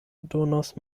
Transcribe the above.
donos